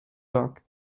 york